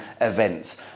events